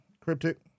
Cryptic